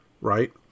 right